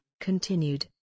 continued